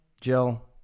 jill